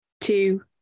two